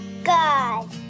God